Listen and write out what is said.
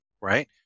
right